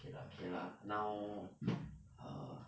K lah okay lah now ah